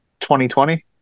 2020